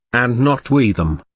and not we them.